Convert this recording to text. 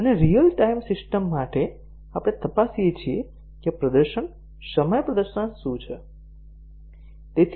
અને real time system માટે આપણે તપાસીએ છીએ કે પ્રદર્શન સમય પ્રદર્શન શું છે